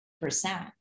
percent